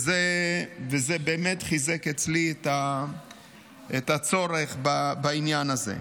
וזה באמת חיזק אצלי את הצורך בעניין הזה.